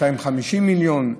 250 מיליון,